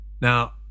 Now